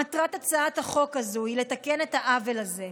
מטרת הצעת החוק היא לתקן את העוול הזה.